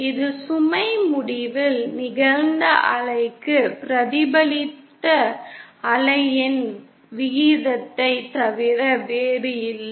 இது சுமை முடிவில் நிகழ்ந்த அலைக்கு பிரதிபலித்த அலையின் விகிதத்தைத் தவிர வேறில்லை